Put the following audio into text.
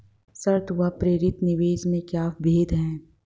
स्वायत्त व प्रेरित निवेश में क्या भेद है?